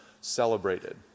celebrated